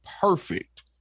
perfect